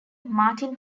martin